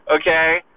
okay